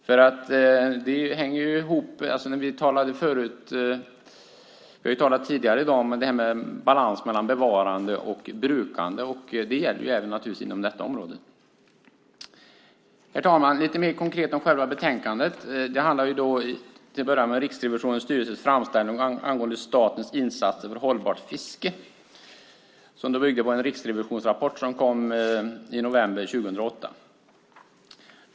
Vi har tidigare i dag talat om balans mellan bevarande och brukande. Det gäller naturligtvis även inom detta område. Herr talman! Låt mig säga något lite mer konkret om själva betänkandet. Det handlar till att börja med om Riksrevisionens styrelses framställning angående statens insatser för hållbart fiske och bygger på Riksrevisionens rapport från november 2008.